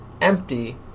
empty